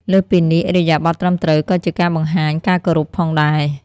លើសពីនេះ ឥរិយាបថត្រឹមត្រូវក៏ជាការបង្ហាញ ការគោរព ផងដែរ។